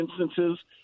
instances